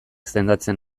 sendatzen